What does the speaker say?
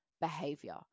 behavior